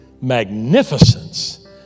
magnificence